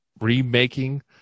remaking